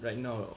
right now